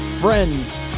Friends